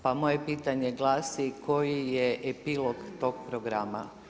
Pa moje pitanje glasi koji je epilog tog programa?